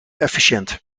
efficiënt